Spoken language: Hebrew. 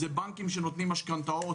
בנקים שנותנים משכנתאות,